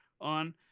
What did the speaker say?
on